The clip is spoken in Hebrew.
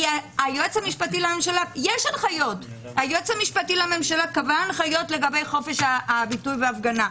כי היועץ המשפטי לממשלה קבע הנחיות לגבי חופש הביטוי וההפגנה,